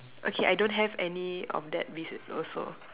okay I don't have any of that also